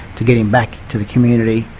to get him back to the community.